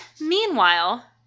meanwhile